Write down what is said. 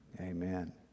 Amen